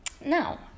Now